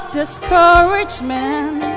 discouragement